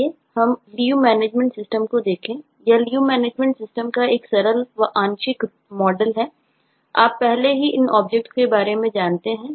आइए हम leave management system में Leave ऑब्जेक्ट होगा